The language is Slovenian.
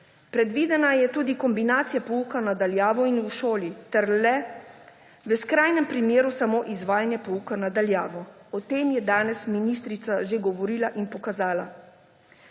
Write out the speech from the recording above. Predvidena je tudi kombinacija pouka na daljavo in v šoli ter le v skrajnem primeru samo izvajanje pouka na daljavo. O tem je danes ministrica že govorila in pokazala.